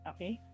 Okay